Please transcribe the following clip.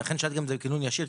לכן שאלתי גם אם זה כינון ישיר,